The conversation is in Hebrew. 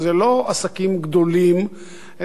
וזה לא עסקים גדולים,